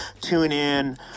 TuneIn